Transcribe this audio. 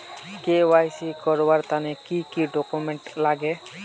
KYC करवार तने की की डॉक्यूमेंट लागे?